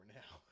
now